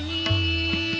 e